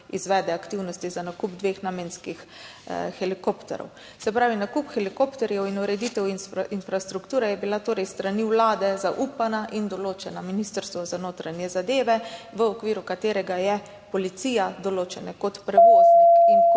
izvede aktivnosti za nakup dveh namenskih helikopterjev. Se pravi, nakup helikopterjev in ureditev infrastrukture je bila torej s strani Vlade zaupana in določena Ministrstvu za notranje zadeve, v okviru katerega je policija določena kot prevoznik. Kot